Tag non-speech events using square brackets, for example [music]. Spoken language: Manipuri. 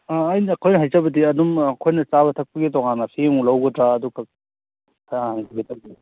ꯑꯩꯅ ꯑꯩꯈꯣꯏ ꯍꯥꯏꯖꯕꯗꯤ ꯑꯗꯨꯝ ꯑꯩꯈꯣꯏꯅ ꯆꯥꯕ ꯊꯛꯄꯒꯤ ꯇꯣꯉꯥꯟꯅ ꯆꯦ ꯑꯃꯨꯛ ꯂꯧꯒꯗ꯭ꯔꯥ ꯑꯗꯨꯒ [unintelligible]